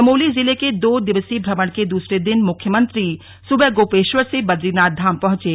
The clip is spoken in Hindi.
चमोली जिले के दो दिवसीय भ्रमण के दूसरे दिन मुख्यमंत्री सुबह गोपेश्वर से बदरीनाथ धाम पहुंचे